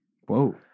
Whoa